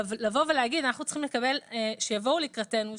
לבוא ולהגיד שאנחנו צריכים שיבואו לקראתנו,